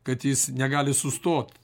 kad jis negali sustot